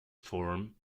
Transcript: form